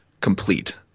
complete